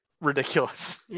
ridiculous